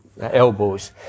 elbows